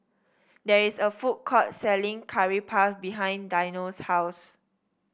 there is a food court selling Curry Puff behind Dino's house